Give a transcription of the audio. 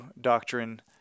doctrine